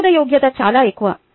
ఆమోదయోగ్యత చాలా ఎక్కువ